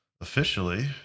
officially